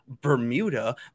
Bermuda